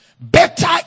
Better